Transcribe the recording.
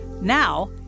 Now